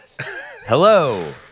Hello